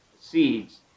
seeds